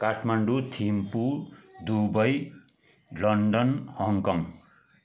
Kathmandu Thimphu Dubai London Hong Kong